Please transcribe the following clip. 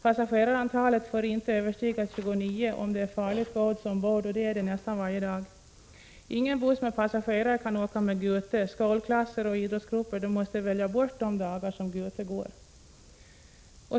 Passagerarantalet får inte överstiga 29 om det är farligt gods ombord, och det är det nästan varje dag. Ingen buss med passagerare kan transporteras med Gute. Skolklasser och idrottsgrupper måste alltså välja bort de dagar Gute går.